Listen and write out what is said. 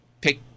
pick